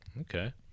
Okay